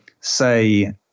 say